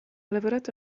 lavorato